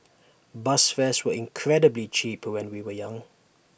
bus fares were incredibly cheap when we were young